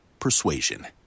persuasion